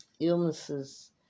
illnesses